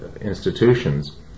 institutions